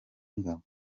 b’ingabo